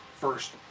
first